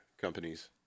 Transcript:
companies